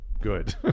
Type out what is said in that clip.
good